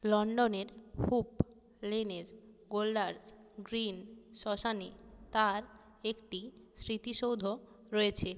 লন্ডনের হুপ লেনের Golders Green শ্মশানে তাঁর একটি স্মৃতিসৌধ রয়েছে